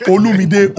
Olumide